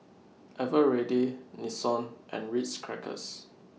Eveready Nixon and Ritz Crackers